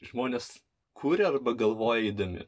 žmonės kuria arba galvojo eidami